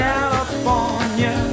California